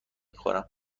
خورم